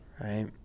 Right